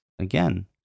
again